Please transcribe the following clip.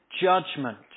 judgment